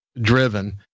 driven